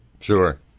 Sure